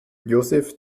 josef